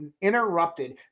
interrupted